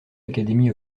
academy